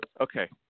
Okay